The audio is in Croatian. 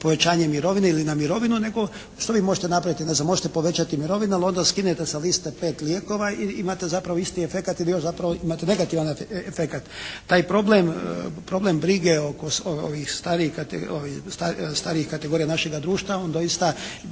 povećanje mirovine ili na mirovinu nego što vi možete napraviti? Ne znam, možete povećati mirovinu ali onda skinite sa liste 5 lijekova i imate zapravo isti efekat ili još zapravo imate negativan efekat. Taj problem, problem brige oko ovih starijih, starije kategorije našega društva on doista